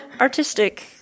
artistic